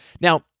Now